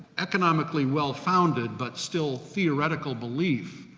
economically well-founded but still theoretical belief,